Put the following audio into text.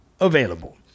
available